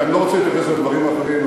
אני לא רוצה להתייחס לדברים אחרים,